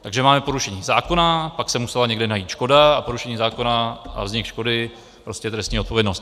Takže máme porušení zákona, pak se musela někde najít škoda a porušení zákona a vznik škody, vlastně trestní odpovědnost.